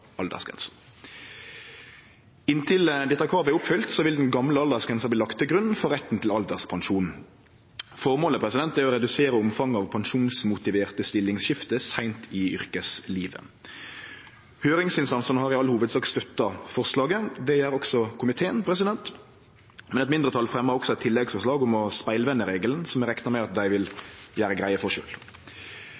Inntil dette kravet er oppfylt, vil den gamle aldersgrensa bli lagd til grunn for retten til alderspensjon. Føremålet er å redusere omfanget av pensjonsmotiverte stillingsskifte seint i yrkeslivet. Høyringsinstansane har i all hovudsak støtta forslaget. Det gjer også komiteen, men eit mindretal fremjar også eit tilleggsforslag om å spegelvende regelen, som eg reknar med dei vil